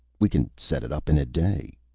we can set it up in a day.